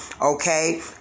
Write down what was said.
okay